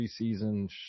preseason